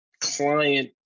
client